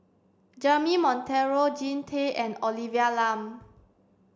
Jeremy Monteiro Jean Tay and Olivia Lum